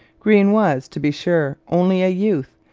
greene was, to be sure, only a youth,